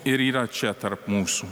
ir yra čia tarp mūsų